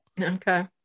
Okay